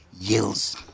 yields